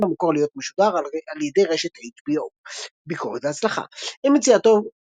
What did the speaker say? ותוכנן במקור להיות משודר על ידי רשת HBO. ביקורת והצלחה עם יציאתו,